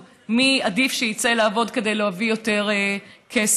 מי עדיף שיצא לעבוד כדי להביא יותר כסף.